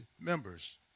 members